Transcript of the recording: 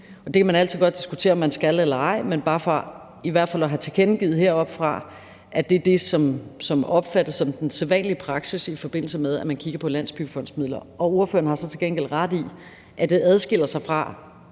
Det kan man altid godt diskutere om man skal eller ej, men det er bare for i hvert fald at have tilkendegivet heroppefra, at det er det, som opfattes som den sædvanlige praksis, i forbindelse med at man kigger på landsbyggefondsmidler. Ordføreren har så til gengæld ret i, at det adskiller sig fra,